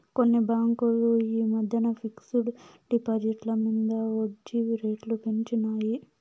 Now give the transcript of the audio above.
కొన్ని బాంకులు ఈ మద్దెన ఫిక్స్ డ్ డిపాజిట్ల మింద ఒడ్జీ రేట్లు పెంచినాయి